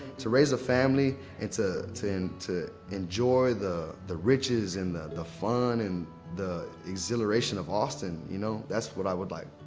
to raise a family and ah to, and to enjoy the the riches and the the fun and the exhilaration of austin. you know that's what i would like.